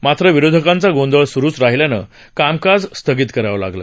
मात्र विरोधकांचा गोंधळ सुरुच राहिल्यानं कामकात स्थगित करावं लागलं